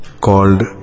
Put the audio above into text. called